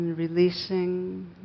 Releasing